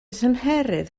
tymheredd